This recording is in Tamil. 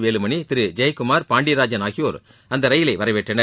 வேலுமணி திரு ஜெயக்குமார் பாண்டியராஜன் ஆகியோர் அந்த ரயிலை வரவேற்றனர்